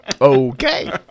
okay